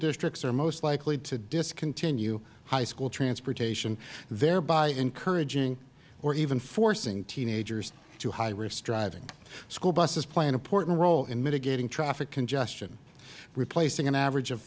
districts are most likely to discontinue high school transportation thereby encouraging or even forcing teenagers to high risk driving school buses play an important role in mitigating traffic congestion replacing an average of